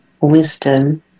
wisdom